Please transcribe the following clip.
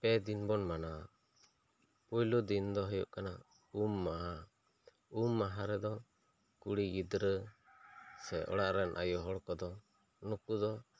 ᱯᱮ ᱫᱤᱱ ᱵᱚᱱ ᱢᱟᱱᱟᱣᱟ ᱯᱩᱭᱞᱩ ᱫᱤᱱ ᱫᱚ ᱦᱩᱭᱩᱜ ᱠᱟᱱᱟ ᱩᱢ ᱢᱟᱦᱟ ᱩᱢ ᱢᱟᱦᱟ ᱨᱮᱫᱚ ᱠᱩᱲᱤ ᱜᱤᱫᱽᱨᱟᱹ ᱥᱮ ᱚᱲᱟᱜ ᱨᱮᱱ ᱟᱭᱚ ᱦᱚᱲ ᱠᱚ ᱫᱚ ᱱᱩᱠᱩ ᱫᱚ